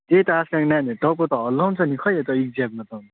त्यही त आजकालको नानीहरूले टाउको त हल्लाउँछ नि खै त एग्जाममा त अनि